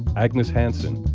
agnes hanson,